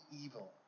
evil